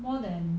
more than